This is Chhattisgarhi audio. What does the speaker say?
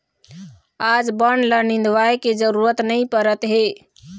आज बन ल निंदवाए के जरूरत नइ परत हे